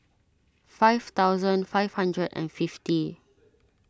five thousand five hundred and fifty